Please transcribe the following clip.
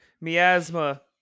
miasma